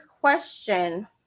question